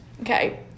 Okay